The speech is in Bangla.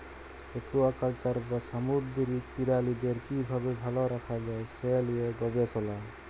একুয়াকালচার বা সামুদ্দিরিক পিরালিদের কিভাবে ভাল রাখা যায় সে লিয়ে গবেসলা